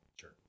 Sure